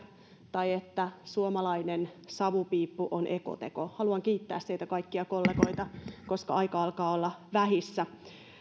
tai että suomalainen savupiippu on ekoteko haluan kiittää siitä kaikkia kollegoita koska aika alkaa olla vähissä